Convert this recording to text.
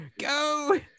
go